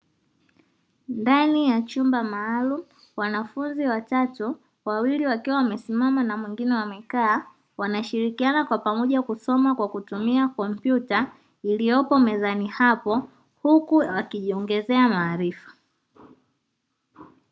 Ndani ya chumba maalumu wanafunzi watatu; wawili wakiwa wamesimama na mwingine amekaa, wanashirikiana kwa pamoja kusoma kwa kutumia kompyuta, iliyopo mezani hapo huku wakijiongezea maarifa.